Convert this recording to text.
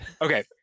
Okay